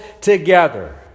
together